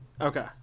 Okay